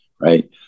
right